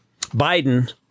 Biden